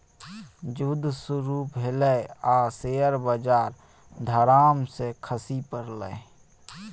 जुद्ध शुरू भेलै आ शेयर बजार धड़ाम सँ खसि पड़लै